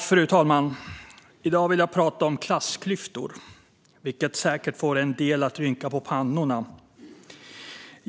Fru talman! I dag vill jag prata om klassklyftor, vilket säkert får en del att rynka pannan.